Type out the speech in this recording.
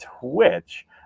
twitch